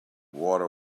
water